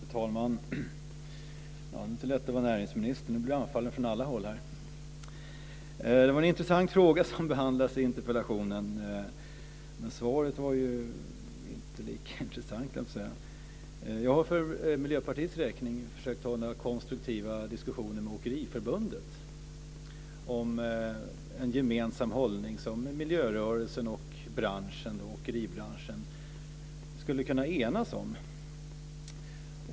Fru talman! Det är inte lätt att vara näringsminister. Nu blir han anfallen från alla håll här. Det var en intressant fråga som behandlades i interpellationen. Men svaret var inte lika intressant, höll jag på att säga. Jag har för Miljöpartiets räkning försökt föra konstruktiva diskussioner med Åkeriförbundet om en gemensam hållning som miljörörelsen och åkeribranschen skulle kunna enas om.